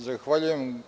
Zahvaljujem.